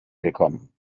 gekommen